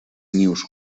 nius